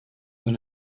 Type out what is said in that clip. when